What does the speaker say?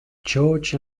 george